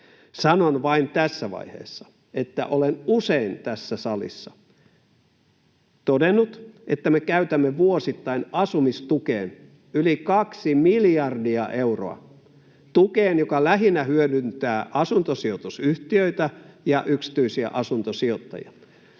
Sanon vain tässä vaiheessa, että olen usein tässä salissa todennut, että me käytämme vuosittain asumistukeen yli 2 miljardia euroa, tukeen, joka lähinnä hyödyttää asuntosijoitusyhtiöitä ja yksityisiä asuntosijoittajia.